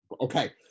Okay